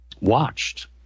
watched